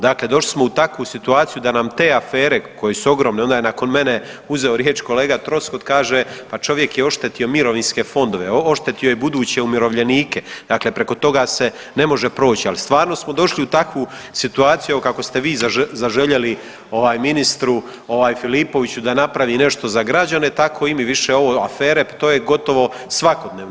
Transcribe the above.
Dakle, došli smo u takvu situaciju da nam te afere koje su ogromne, onda je nakon mene uzeo riječ kolega Troskot kaže pa čovjek je oštetio mirovinske fondove, oštetio je buduće umirovljenike, dakle preko toga se ne može proći, ali stvarno smo došli u takvu situaciju evo kako ste vi zaželjeli ovaj ministru ovaj Filipoviću da napravi nešto za građane, tako i mi više ovo afere to je gotovo svakodnevno.